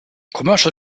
commercial